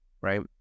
right